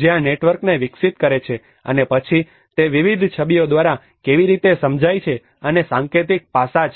જે આ નેટવર્કને વિકસિત કરે છે અને પછી તે વિવિધ છબીઓ દ્વારા કેવી રીતે સમજાય છે અને સાંકેતિક પાસાં છે